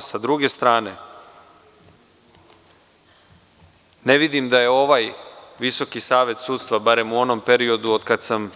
Sa druge strane, ne vidim da je ovaj Visoki savet sudstva, barem u onom periodu od kad sam